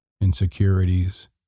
insecurities